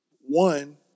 one